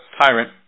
tyrant